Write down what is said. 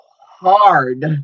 hard